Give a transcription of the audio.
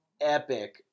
epic